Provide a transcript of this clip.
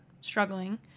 struggling